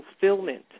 fulfillment